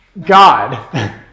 God